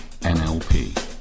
NLP